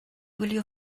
gwylio